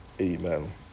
Amen